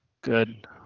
Good